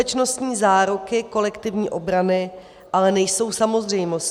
Bezpečnostní záruky kolektivní obrany ale nejsou samozřejmostí.